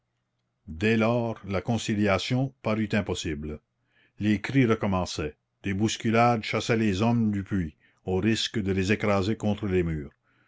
dès lors la conciliation parut impossible les cris recommençaient des bousculades chassaient les hommes du puits au risque de les écraser contre les murs